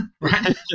right